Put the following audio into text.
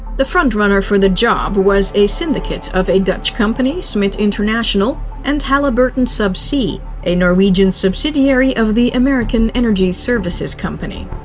the front-runner for the job was a syndicate of a dutch company smit international and halliburton subsea, a norwegian subsidiary of the american energy services company.